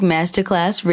Masterclass